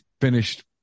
finished